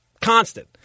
constant